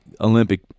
Olympic